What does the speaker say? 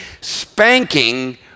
spanking